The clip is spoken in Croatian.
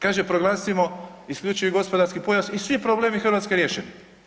Kaže proglasimo isključivi gospodarski pojas i svi problemi Hrvatske riješeni.